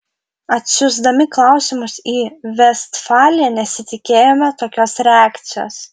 atsiųsdami klausimus į vestfaliją nesitikėjome tokios reakcijos